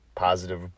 positive